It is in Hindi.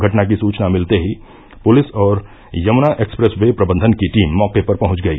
घटना की सूचना मिलते ही पुलिस और यमुना एक्सप्रेस वे प्रबंधन की टीम मौके पर पहुंच गई